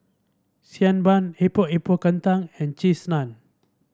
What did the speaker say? Xi Ban Epok Epok Kentang and Cheese Naan